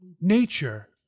Nature